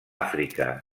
àfrica